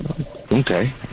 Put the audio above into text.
Okay